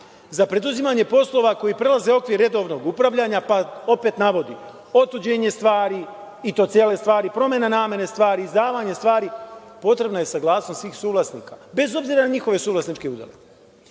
„Za preduzimanje poslova koji prelaze okvir redovnog upravljanja“, pa dalje navodi – otuđenje stvari, i to cele stvari, promena namene stvari, izdavanje stvari, „potrebna je saglasnost svih suvlasnika“, bez obzira na njihove suvlasničke udele.